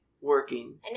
working